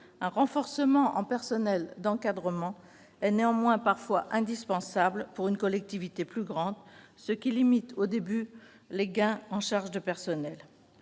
Un renforcement en personnel d'encadrement est néanmoins parfois indispensable à une collectivité plus grande, ce qui limite au début les gains en charges de personnel.